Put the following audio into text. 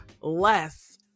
less